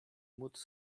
móc